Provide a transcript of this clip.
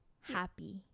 happy